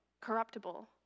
corruptible